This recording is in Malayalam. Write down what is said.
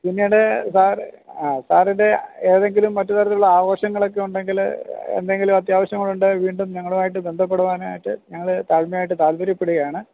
പിന്നീട് സാർ ആ സാറിൻ്റെ ഏതെങ്കിലും മറ്റുതരത്തിലുള്ള ആഘോഷങ്ങൾ ഒക്കെ ഉണ്ടെങ്കിൽ എന്തെങ്കിലും അത്യാവശ്യം ഉണ്ടെങ്കിൽ വീണ്ടും ഞങ്ങളുമായിട്ട് ബന്ധപ്പെടുവാനായിട്ട് ഞങ്ങൾ താഴ്മയായിട്ട് താല്പര്യപ്പെടുകയാണ്